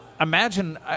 imagine